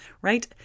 right